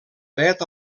dret